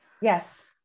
Yes